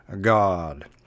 God